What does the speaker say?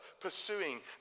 pursuing